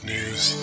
News